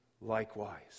likewise